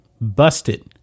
busted